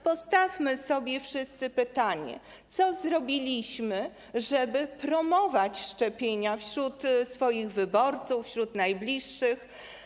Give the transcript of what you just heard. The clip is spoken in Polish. Postawmy sobie wszyscy pytanie, co zrobiliśmy, żeby promować szczepienia wśród swoich wyborców, wśród najbliższych.